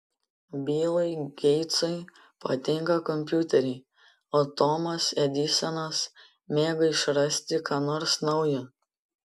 bilui geitsui patinka kompiuteriai o tomas edisonas mėgo išrasti ką nors naujo